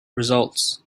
results